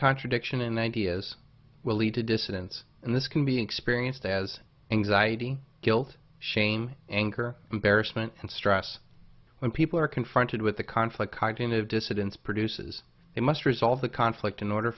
contradiction in the ideas will lead to dissidents and this can be experienced as anxiety guilt shame anger comparison and stress when people are confronted with the conflict cognitive dissidence produces they must resolve the conflict in order